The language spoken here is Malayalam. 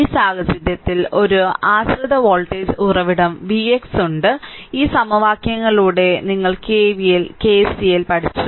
ഈ സാഹചര്യത്തിൽ ഒരു ആശ്രിത വോൾട്ടേജ് ഉറവിടം vx ഉണ്ട് ഈ സമവാക്യങ്ങളിലൂടെ ഞങ്ങൾ കെവിഎൽ കെസിഎൽ പഠിച്ചു